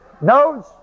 Nose